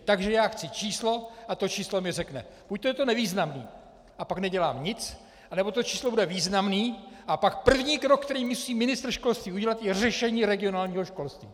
Takže já chci číslo a to číslo mi řekne: buďto je to nevýznamné, a pak nedělám nic, anebo to číslo bude významné, a pak první krok, který musí ministr školství udělat, je řešení regionálního školství.